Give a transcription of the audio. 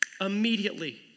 immediately